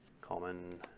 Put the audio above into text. common